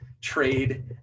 trade